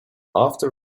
after